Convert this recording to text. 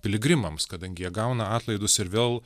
piligrimams kadangi jie gauna atlaidus ir vėl